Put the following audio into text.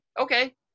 okay